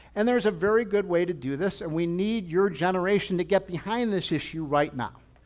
and there's a very good way to do this and we need your generation to get behind this issue right now.